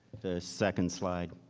the second slide.